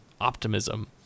optimism